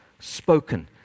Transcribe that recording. spoken